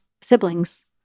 siblings